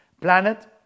planet